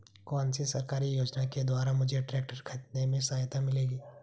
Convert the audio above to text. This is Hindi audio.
कौनसी सरकारी योजना के द्वारा मुझे ट्रैक्टर खरीदने में सहायता मिलेगी?